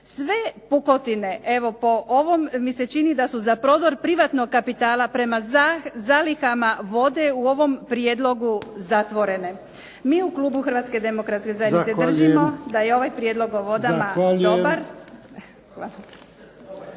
Sve pukotine evo po ovome mi se čini da su za prodor privatnog kapitala prema zalihama vode u ovom prijedlogu zatvorene. Mi u klubu Hrvatske demokratske zajednice držimo da je ovaj prijedlog o vodama dobar.